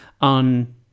on